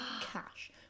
cash